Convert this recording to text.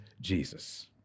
Jesus